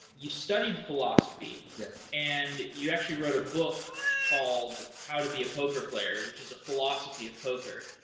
you studied philosophy yes and you actually wrote a book called how to be a poker player, which is a philosophy of poker,